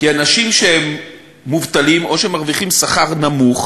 כי אנשים שהם מובטלים או שהם מרוויחים שכר נמוך